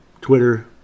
Twitter